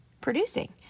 producing